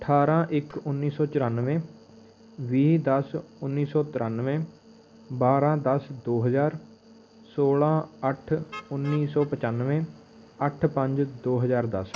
ਅਠਾਰ੍ਹਾਂ ਇੱਕ ਉੱਨੀ ਸੌ ਚੁਰਾਨਵੇਂ ਵੀਹ ਦਸ ਉੱਨੀ ਸੌ ਤ੍ਰਿਆਨਵੇਂ ਬਾਰ੍ਹਾਂ ਦਸ ਦੋ ਹਜ਼ਾਰ ਸੋਲ੍ਹਾਂ ਅੱਠ ਉੱਨੀ ਸੌ ਪਚਾਨਵੇਂ ਅੱਠ ਪੰਜ ਦੋ ਹਜ਼ਾਰ ਦਸ